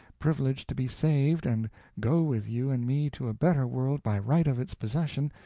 privileged to be saved and go with you and me to a better world by right of its possession,